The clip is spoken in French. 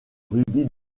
rubis